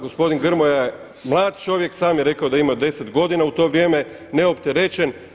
Gospodin Grmoja je mlad čovjek, sam je rekao da je imao 10 godina u to vrijeme neopterećen.